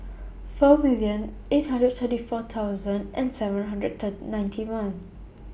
four million eight hundred thirty four thousand and seven hundred ninety one